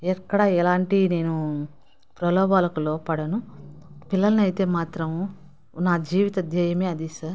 ఎక్కడ ఎలాంటి నేను ప్రలోభాలకు లోబడను పిల్లల్ని అయితే మాత్రం నా జీవిత ధ్యేయమే అది సార్